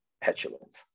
petulance